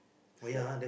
it's like